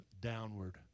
downward